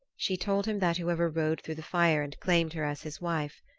she told him that whoever rode through the fire and claimed her as his wife,